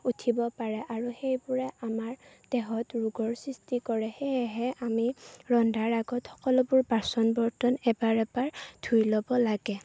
উঠিব পাৰে আৰু সেইবোৰে আমাৰ দেহত ৰোগৰ সৃষ্টি কৰে সেয়েহে আমি ৰন্ধাৰ আগত সকলোবোৰ বাচন বৰ্তন এবাৰ এবাৰ ধুই ল'ব লাগে